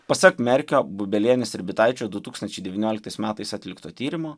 pasak merkio bubelienės ir bitaičio du tūkstančiai devynioliktais metais atlikto tyrimo